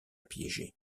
piégé